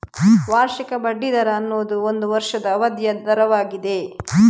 ವಾರ್ಷಿಕ ಬಡ್ಡಿ ದರ ಅನ್ನುದು ಒಂದು ವರ್ಷದ ಅವಧಿಯ ದರವಾಗಿದೆ